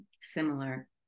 Similar